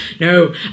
no